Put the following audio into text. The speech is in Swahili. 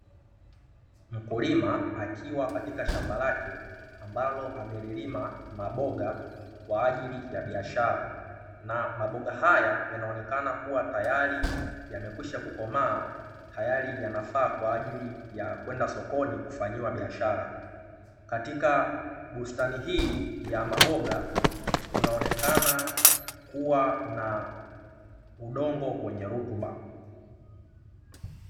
Mkulima akiwa katika shamba lake ambalo amelilima maboga kwa ajili ya biashara. Na maboga haya yanaonekana kuwa tayari yamekwisha kukomaa, tayari yanafaa kwa ajili ya kwenda sokoni kufanyiwa biashara. Katika bustani hii ya maboga, kunaonekana kuwa na udongo wenye rutuba.